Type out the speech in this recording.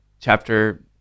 chapter